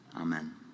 Amen